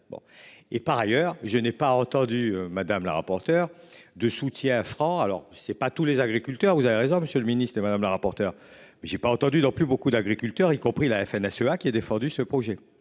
et par ailleurs je n'ai pas entendu madame la rapporteure de soutien franc alors c'est pas tous les agriculteurs, vous avez raison monsieur le ministre de Madame la rapporteure. J'ai pas entendu dans plus beaucoup d'agriculteurs y compris la FNSEA qui a défendu ce projet.